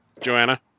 joanna